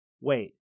wait